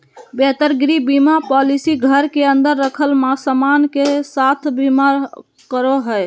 बेहतर गृह बीमा पॉलिसी घर के अंदर रखल सामान के साथ बीमा करो हय